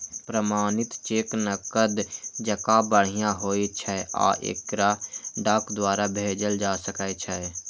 प्रमाणित चेक नकद जकां बढ़िया होइ छै आ एकरा डाक द्वारा भेजल जा सकै छै